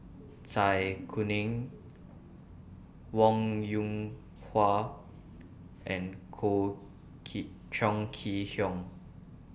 Zai Kuning Wong Yoon Wah and Chong Kee Hiong